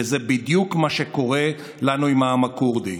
וזה בדיוק מה שקורה לנו עם העם הכורדי.